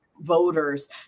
voters